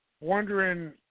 wondering